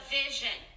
vision